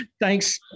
Thanks